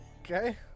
Okay